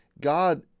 God